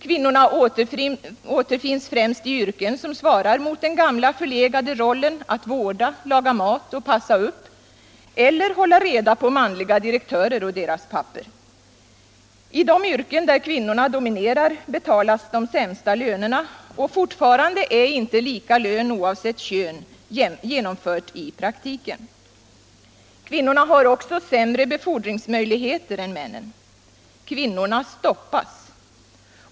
Kvinnorna återfinns främst i yrken som svarar mot den gamla förlegade rollen att vårda, laga mat och passa upp eller hålla reda på manliga direktörer och deras papper. I de yrken där kvinnorna dominerar betalas de sämsta lönerna — och fortfarande är inte lika lön oavsett kön genomförd i praktiken. Kvinnorna har också sämre befordringsmöjligheter än männen. Kvinnorna stoppas.